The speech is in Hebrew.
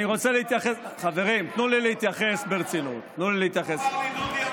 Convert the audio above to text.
חברים, תנו לי להתייחס ברצינות, הוא הכפיש אותי.